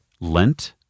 Lent